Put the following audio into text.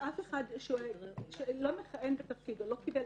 שאף אחד שלא מכהן בתפקיד או לא מקבל